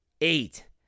eight